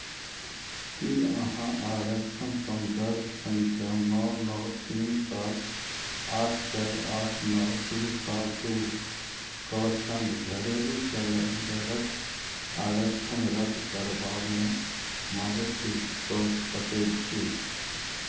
की अहाँ आरक्षण सन्दर्भ सङ्ख्या नओ नओ तीन सात आठ चारि आठ नओ दू सात दूके सङ्ग घरेलू सलेण्डरक आरक्षण रद्द करबामे मदति कऽ सकैत छी